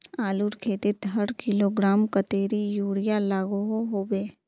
आलूर खेतीत हर किलोग्राम कतेरी यूरिया लागोहो होबे?